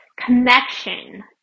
Connection